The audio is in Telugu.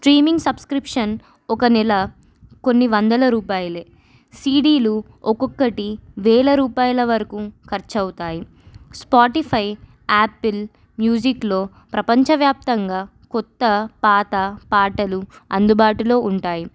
స్ట్రీమింగ్ సబ్స్క్రిప్షన్ ఒక నెల కొన్ని వందల రూపాయలే సిడీలు ఒక్కొక్కటి వేల రూపాయల వరకు ఖర్చవుతాయి స్పాటిఫై యాపిల్ మ్యూజిక్లో ప్రపంచవ్యాప్తంగా కొత్త పాత పాటలు అందుబాటులో ఉంటాయి